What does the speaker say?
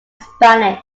spanish